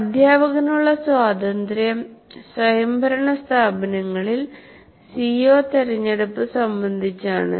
അധ്യാപകനുള്ള സ്വാതന്ത്ര്യം സ്വയംഭരണ സ്ഥാപനങ്ങളിൽ സിഒ തിരഞ്ഞെടുപ്പ് സംബന്ധിച്ചാണ്